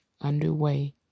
underway